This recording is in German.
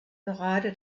gerade